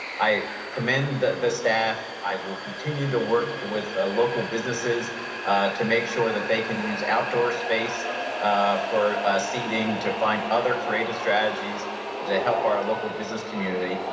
i commend the the staff, i will continue to work with ah local businesses to make sure that they can use outdoor space for seeding to find other creative strategies that they help our local business community.